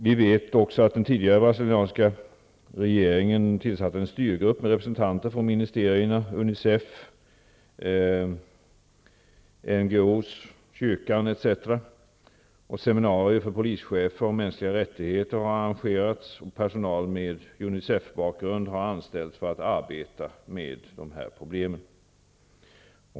Vi vet att den tidigare brasilianska regeringen tillsatte en styrgrupp med representanter för ministerierna, Unicef, NGO:s, dvs. non governmental organizations, kyrkan etc. Seminarier för polischefer om mänskliga rättigheter har arrangerats. Personal med Unicefbakgrund har anställts för att arbeta med dessa problem.